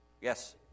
Yes